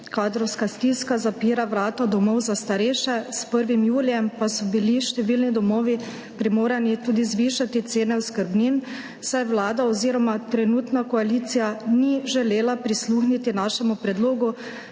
Kadrovska stiska zapira vrata domov za starejše, s 1. julijem pa so bili številni domovi primorani tudi zvišati cene oskrbnin, saj vlada oziroma trenutna koalicija ni želela prisluhniti našemu predlogu,